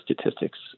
statistics